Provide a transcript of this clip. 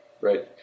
Right